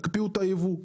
הקפיאו את הייבוא.